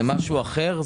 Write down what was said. זה משהו אחר.